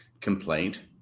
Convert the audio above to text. complaint